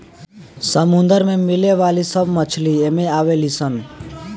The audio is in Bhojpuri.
समुंदर में मिले वाली सब मछली एमे आवे ली सन